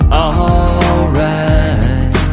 alright